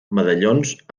medallons